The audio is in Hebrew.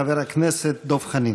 חבר הכנסת דב חנין.